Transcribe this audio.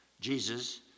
Jesus